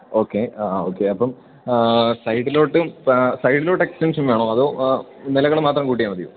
okay ആ okay അപ്പോള് സൈഡിലോട്ടും സൈഡിലോട്ടെക്സ്റ്റൻഷൻ വേണോ അതോ നിലകള് മാത്രം കൂട്ടിയാല് മതിയോ